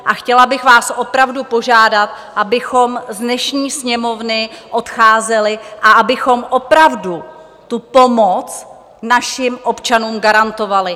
A chtěla bych vás opravdu požádat, abychom z dnešní sněmovny odcházeli a abychom opravdu tu pomoc našim občanům garantovali.